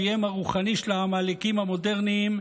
אביהם הרוחני של העמלקים המודרניים: